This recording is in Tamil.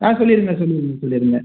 ஆ சொல்லிடுங்கள் சொல்லிடுங்கள் சொல்லிடுங்கள்